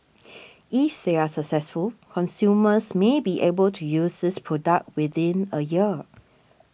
is they are successful consumers may be able to use this product within a year